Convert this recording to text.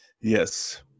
Yes